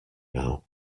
now